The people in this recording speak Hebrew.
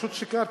פשוט שיקרתי.